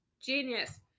genius